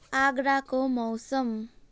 आगराको मौसम